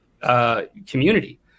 community